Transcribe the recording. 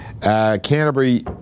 Canterbury